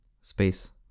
space